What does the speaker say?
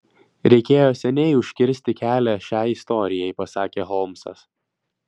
reikėjo seniai užkirsti kelią šiai istorijai pasakė holmsas